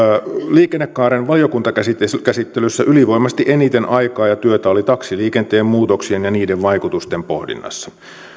liikennekaaren valiokuntakäsittelyssä ylivoimaisesti eniten aikaa ja työtä oli taksiliikenteen muutoksien ja niiden vaikutusten pohdinnassa